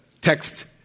text